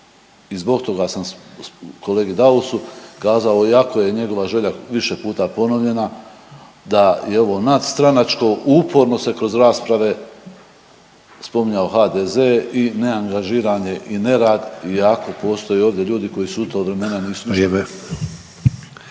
I zbog toga sam kolegi Dausu kazao iako je njegova želja više puta ponovljena da je ovo nadstranačko, uporno se kroz rasprave spominjao HDZ i neangažiranje i nerad i ako postoje ovdje ljudi koji se u ta vremena